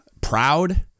proud